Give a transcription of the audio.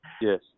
Yes